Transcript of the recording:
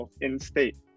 InState